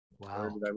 Wow